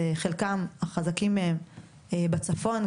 החזקים מהם בצפון,